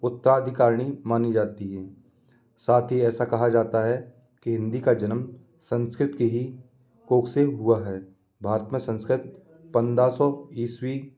उतराअधिकारणी मानी जाती है साथ ही ऐसा कहा जाता है कि हिन्दी का जन्म संस्कृत के ही कोख से हुआ है भारत में संस्कृत पंद्रह सौ ईस्वी